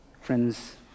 Friends